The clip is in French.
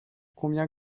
combien